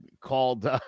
Called